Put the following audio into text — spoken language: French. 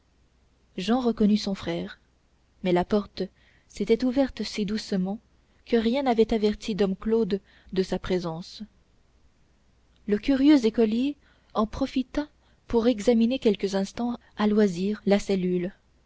jehan reconnut donc son frère mais la porte s'était ouverte si doucement que rien n'avait averti dom claude de sa présence le curieux écolier en profita pour examiner quelques instants à loisir la cellule